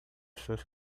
pessoas